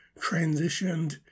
transitioned